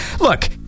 look